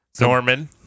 Norman